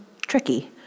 tricky